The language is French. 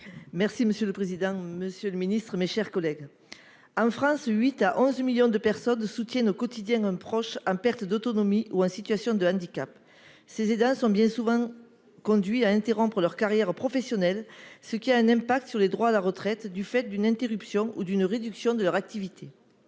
pour présenter l'amendement n° 772 rectifié. En France, 8 à 11 millions de personnes soutiennent au quotidien un proche en perte d'autonomie ou en situation de handicap. Ces aidants sont bien souvent conduits à interrompre leur carrière professionnelle, ce qui a un impact sur les droits à la retraite, du fait d'une interruption ou d'une réduction de leur activité.